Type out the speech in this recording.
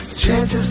Chances